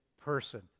person